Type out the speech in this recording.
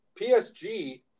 PSG